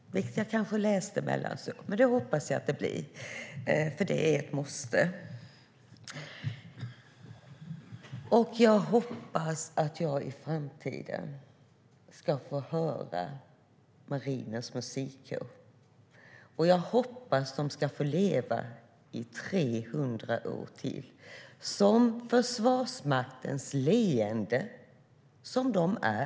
Jag kanske läste det mellan raderna, men det hoppas jag att det blir, för det är ett måste. Jag hoppas att jag i framtiden ska få höra Marinens Musikkår och att de ska få leva i 300 år till som det Försvarsmaktens leende som de är.